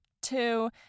Two